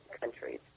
countries